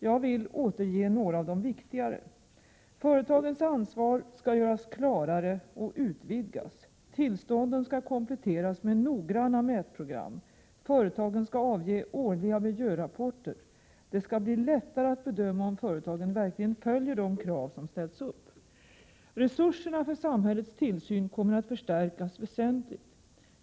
Jag vill återge några av de viktigare. Företagens ansvar skall göras klarare och utvidgas. Tillstånden skall kompletteras med noggranna mätprogram. Företagen skall avge årliga miljörapporter. Det skall bli lättare att bedöma om företagen verkligen följer de krav som ställts upp. Resurserna för samhällets tillsyn kommer att förstärkas väsentligt.